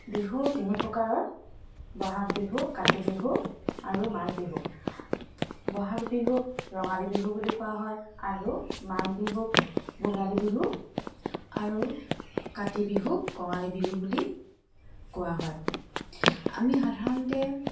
বিহু তিনি প্ৰকাৰৰ বহাগ বিহু কাতি বিহু আৰু মাঘ বিহু বহাগ বিহুক ৰঙালী বিহু বুলি কোৱা হয় আৰু মাঘ বিহুক ভোগালী বিহু আৰু কাতি বিহুক কঙালী বিহু বুলি কোৱা হয় আমি সাধাৰণতে